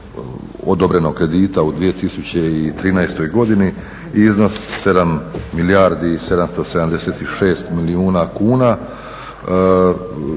odobreno kredita u 2013. godini, iznos 7 milijardi i 776 milijuna kuna.